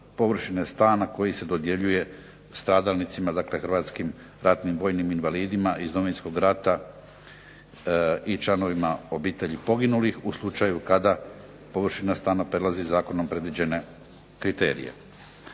površine stana koji se dodjeljuje stradalnicima, dakle hrvatskim ratnim vojnim invalidima iz Domovinskog rata i članovima obitelji poginulih, u slučaju kada površina stana prelazi zakonom predviđene kriterije.